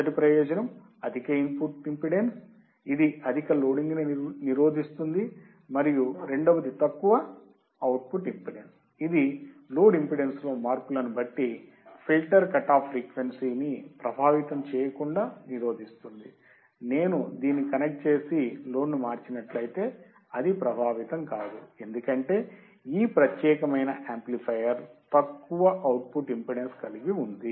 మొదటి ప్రయోజనం అధిక ఇన్పుట్ ఇంపిడెన్స్ ఇది అధిక లోడింగ్ ని నిరోధిస్తుంది మరియు రెండవది తక్కువ అవుట్పుట్ ఇంపిడెన్స్ ఇది లోడ్ ఇంపిడేన్స్ లో మార్పులను బట్టి ఫిల్టర్ కట్ ఆఫ్ ఫ్రీక్వెన్సీ ని ప్రభావితం చేయకుండా నిరోధిస్తుంది నేను దీన్ని కనెక్ట్ చేసి లోడ్ను మార్చినట్లయితే అది ప్రభావితం కాదు ఎందుకంటే ఈ ప్రత్యేకమైన యాంప్లిఫయర్ తక్కువ అవుట్పుట్ ఇంపెడెన్స్ కలిగి ఉంది